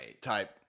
type